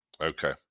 Okay